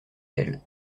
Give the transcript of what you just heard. d’elle